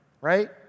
Right